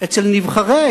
אצל נבחרי